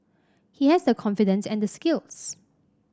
he has the confidence and the skills